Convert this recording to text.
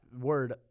word